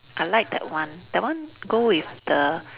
I like that one that one go with the